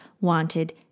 wanted